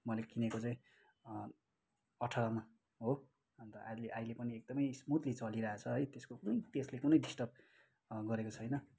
मैले किनेको चाहिँ अठाह्रमा हो अन्त अहिले अहिले पनि एकदमै स्मुथली चलिरहेछ है त्यसको कुन त्यसले कुनै डिस्टर्ब गरेको छैन